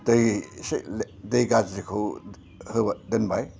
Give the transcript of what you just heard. दै एसे दै गाज्रिखौ दोनबाय